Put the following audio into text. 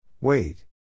Wait